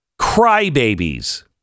Crybabies